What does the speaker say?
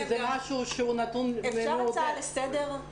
כי זה משהו שהוא נתון --- אי אפשר הצעה לסדר?